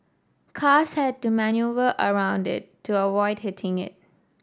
cars had to manoeuvre around it to avoid hitting it